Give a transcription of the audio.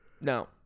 No